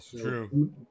true